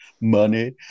money